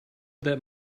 that